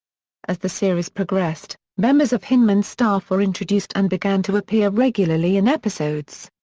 as the series progressed, members of hyneman's staff were introduced and began to appear regularly in episodes.